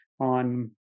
on